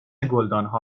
گلدانها